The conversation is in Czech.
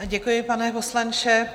Děkuji, pane poslanče.